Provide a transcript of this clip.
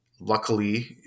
luckily